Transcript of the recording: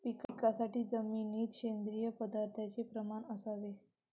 पिकासाठी जमिनीत सेंद्रिय पदार्थाचे प्रमाण असावे